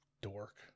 dork